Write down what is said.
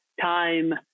time